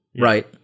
Right